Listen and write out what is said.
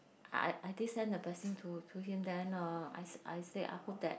I I I did sent the person to him then oh I I said after that